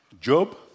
Job